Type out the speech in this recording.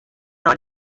nei